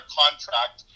contract